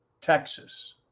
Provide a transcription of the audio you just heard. Texas